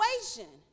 situation